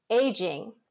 aging